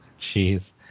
Jeez